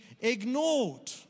ignored